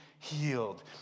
healed